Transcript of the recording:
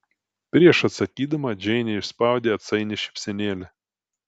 prieš atsakydama džeinė išspaudė atsainią šypsenėlę